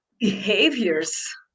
behaviors